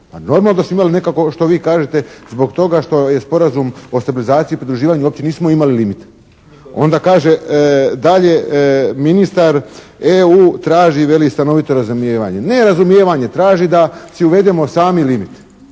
normalno da ste imali nekako što vi kažete zbog toga što je Sporazum o stabilizaciji i pridruživanju uopće nismo imali limit. Onda kaže dalje ministar EU traži veli stanovito razumijevanje. Ne razumijevanje. Traži da si uvedemo sami limit.